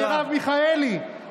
ממרב מיכאלי,